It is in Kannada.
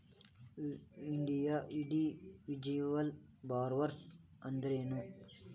ಇಂಡಿವಿಜುವಲ್ ಬಾರೊವರ್ಸ್ ಅಂದ್ರೇನು?